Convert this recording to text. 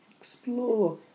Explore